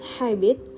habit